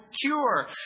cure